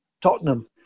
Tottenham